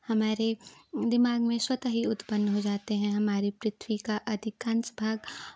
हमारे दिमाग में स्वतः ही उत्पन्न हो जाते हैं हमारे पृथ्वी का अधिकांश भाग